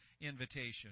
invitation